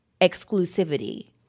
exclusivity